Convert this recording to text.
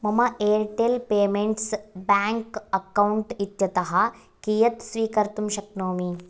मम Airtel payments bank account इत्यतः कियत् स्वीकर्तुं शक्नोमि